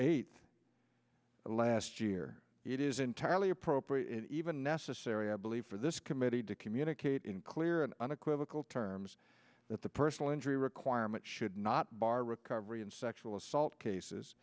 eight last year it is entirely appropriate even necessary i believe for this committee to communicate in clear and unequivocal terms that the personal injury requirement should not bar recovery in sexual assault cases